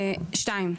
סעיף 2: